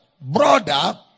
brother